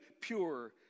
pure